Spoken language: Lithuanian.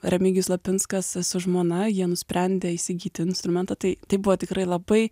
remigijus lapinskas su žmona jie nusprendė įsigyti instrumentą tai tai buvo tikrai labai